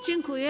Dziękuję.